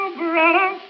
brother